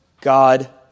God